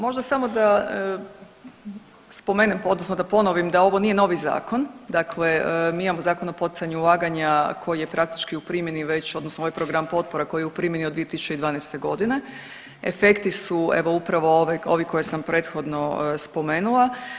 Možda samo da spomenem odnosno da ponovim da ovo nije novi zakon, dakle mi imamo Zakon o poticanju ulaganja koji je praktički u primjeni već odnosno ovaj program potpora koji je u primjeni od 2012.g., efekti su evo upravo ovi koje sam prethodno spomenula.